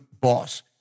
boss